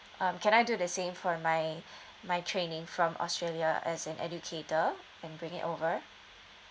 um can I do the same for my my training from australia as an educator and bring it over